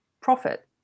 profit